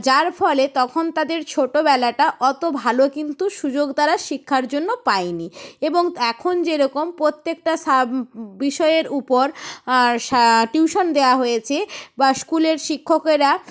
যার ফলে তখন তাদের ছোটোবেলাটা অতো ভালো কিন্তু সুযোগ তারা শিক্ষার জন্য পায়নি এবং এখন যে রকম প্রত্যেকটা সাব বিষয়ের উপর সা টিউশন দেওয়া হয়েছে বা স্কুলের শিক্ষকেরা